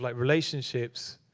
like relationships